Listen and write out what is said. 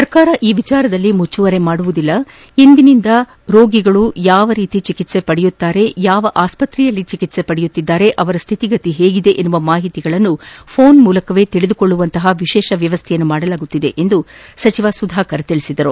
ಸರ್ಕಾರ ಈ ವಿಚಾರದಲ್ಲಿ ಮುಚ್ಚುಮರೆ ಮಾಡುವುದಿಲ್ಲ ಇಂದಿನಿಂದ ರೋಗಿಗಳು ಯಾವ ರೀತಿ ಚಿಕಿತ್ಸೆ ಪಡೆಯುತ್ತಿದ್ದಾರೆ ಯಾವ ಆಸ್ಪತ್ರೆಯಲ್ಲಿ ಪಡೆಯುತ್ತಿದ್ದಾರೆ ಅವರ ಸ್ಥಿತಿಗತಿ ಹೇಗಿದೆ ಎಂಬ ಮಾಹಿತಿಗಳನ್ನು ಫೋನ್ ಮೂಲಕವೇ ತಿಳಿದುಕೊಳ್ಳುವಂತಹ ವಿಶೇಷ ವ್ಯವಸ್ಥೆಯನ್ನು ಮಾಡಲಾಗುತ್ತಿದೆ ಎಂದರು